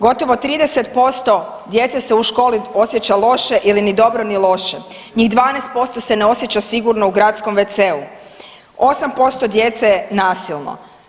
Gotovo 30% djece se u školi osjeća loše ili ni dobro ni loše, njih 12% se ne osjeća sigurno u gradskom WC-u, 8% djece je nasilno.